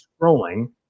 scrolling